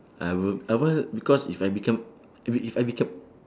I will I want because if I become if if I become